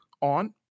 on